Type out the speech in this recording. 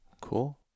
Cool